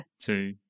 two